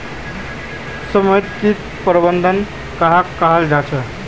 समन्वित किट प्रबंधन कहाक कहाल जाहा झे?